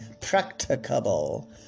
practicable